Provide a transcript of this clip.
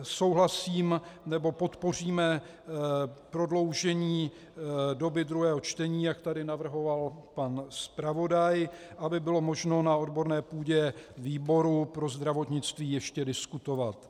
Souhlasím nebo podpoříme prodloužení doby druhého čtení, jak tady navrhoval pan zpravodaj, aby bylo možno na odborné půdě výboru pro zdravotnictví ještě diskutovat.